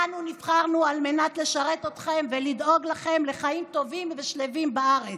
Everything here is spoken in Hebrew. אנו נבחרנו על מנת לשרת אתכם ולדאוג לכם לחיים טובים ושלווים בארץ,